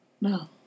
No